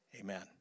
Amen